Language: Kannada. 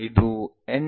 ಇದು ಎನ್